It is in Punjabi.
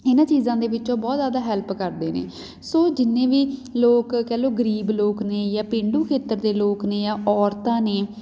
ਇਹਨਾਂ ਚੀਜ਼ਾਂ ਦੇ ਵਿੱਚੋਂ ਬਹੁਤ ਜ਼ਿਆਦਾ ਹੈਲਪ ਕਰਦੇ ਨੇ ਸੋ ਜਿੰਨੇ ਵੀ ਲੋਕ ਕਹਿ ਲਉ ਗਰੀਬ ਲੋਕ ਨੇ ਜਾਂ ਪੇਂਡੂ ਖੇਤਰ ਦੇ ਲੋਕ ਨੇ ਜਾਂ ਔਰਤਾਂ ਨੇ